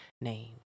name